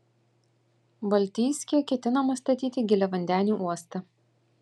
baltijske ketinama statyti giliavandenį uostą